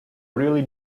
really